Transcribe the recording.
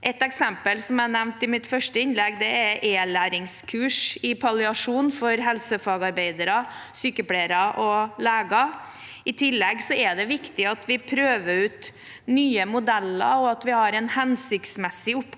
Et eksempel jeg nevnte i mitt første innlegg, er e-læringskurs i palliasjon for helsefagarbeidere, sykepleiere og leger. I tillegg er det viktig at vi prøver ut nye modeller, og at vi har en hensiktsmessig oppgavedeling,